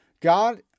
God